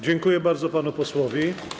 Dziękuję bardzo panu posłowi.